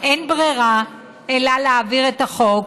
אין ברירה אלא להעביר את החוק,